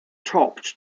topped